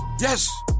yes